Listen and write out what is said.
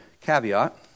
caveat